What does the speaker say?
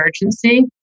emergency